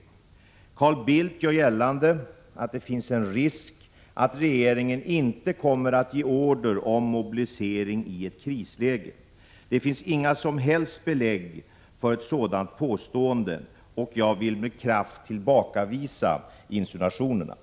Detta bör, bl.a. med tanke på reaktioner i vår omvärld, ej få stå okommenterat. Mot denna bakgrund anhåller jag om att till försvarsministern få framställa följande fråga: Avser försvarsministern vidta någon åtgärd med anledning av moderatledarens uttalande?